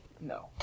No